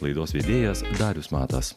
laidos vedėjas darius matas